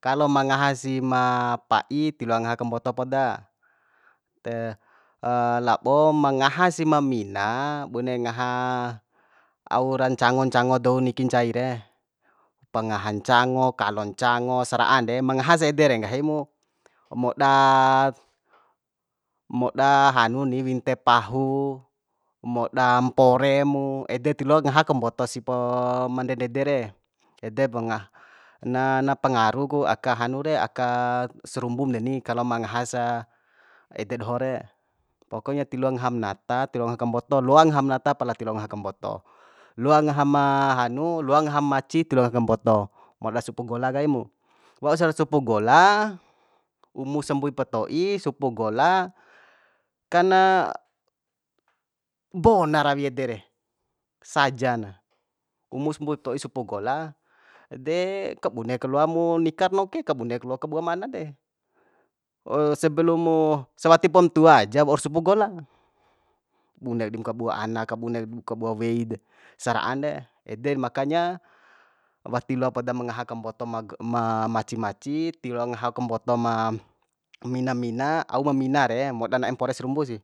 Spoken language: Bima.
kalo ma ngaha si ma pa'i ti loa ngaha kamboto poda labo ma ngaha si ma mina bune ngaha au ra ncango ncango dou niki ncai re pangaha ncango kalo ncango sara'a de ma ngahas ede re nggahi mu moda moda hanu ni winte pahu moda mpore mu ede ti loak ngaha kamboto si po ma ndende de re edep ngah na pangaru ku aka hanu re aka sarumbum deni kalo ma ngaha sa ede doho re pokonya ti loa ngaham nata tiloa kamboto loa ngaham nata pala ti loa ngaha kamboto loa ngaha ma hanu loa ngaha maci ti loangaha kamboto moda supuu gola kaimu waursa supu gola umu sa mbuipa to'i supu gola kana bona rawi ede re sajana umus mbuip to'i supu gola de kabunek ka loa mu nikar noke kabunek loa kabuam ana de sebelu mu sawatipom tua aja waur supu gola bune dim kabua ana kabunek dim kabua wei de sara'an de eder makanya wati loa podam ma ngaha kamboto ma maci maci tiloa ngaha kamboto ma mina mina au ma mina re moda na'e mpore sarumbu sih